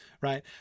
right